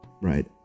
right